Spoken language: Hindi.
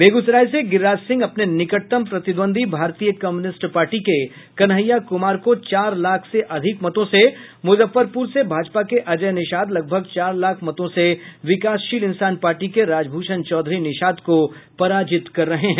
बेगूसराय से गिरिराज सिंह अपने निकटतम प्रतिद्वंदी भारतीय कम्युनिष्ट पार्टी के कन्हैया कुमार को चार लाख से अधिक मतों से मुजफ्फरपुर से भाजपा के अजय निषाद लगभग चार लाख मतों से विकासशील इंसान पार्टी के राजभूषण चौधरी निषाद को पराजित कर रहे हैं